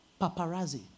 Paparazzi